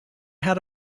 had